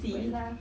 wait lah